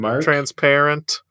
Transparent